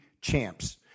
champs